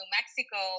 Mexico